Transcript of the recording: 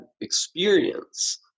experience